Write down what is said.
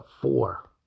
four